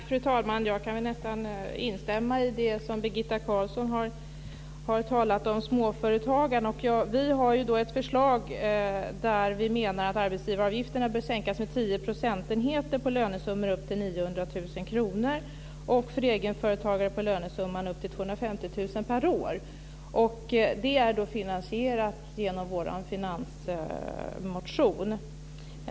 Fru talman! Jag kan nästan instämma i det som Birgitta Carlsson har sagt om småföretagen. Vi har ett förslag där vi menar att arbetsgivaravgifterna bör sänkas med tio procentenheter på lönesummor upp till 900 000 kr och för egenföretagare på lönesummor upp till 250 000 kr per år. Detta har vi finansierat i vår budgetmotion.